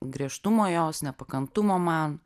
griežtumo jos nepakantumo man